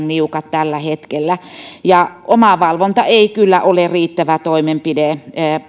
niukat tällä hetkellä ja omavalvonta ei kyllä ole riittävä toimenpide